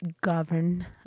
govern